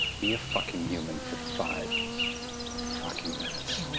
be a fucking human for five fucking minutes.